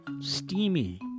steamy